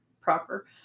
proper